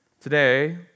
Today